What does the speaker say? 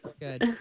Good